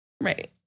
Right